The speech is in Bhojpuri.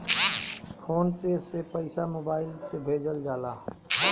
फ़ोन पे से पईसा मोबाइल से भेजल जाला